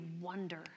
wonder